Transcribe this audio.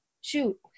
shoot